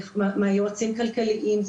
יועצים כלכליים,